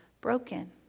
broken